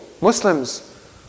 Muslims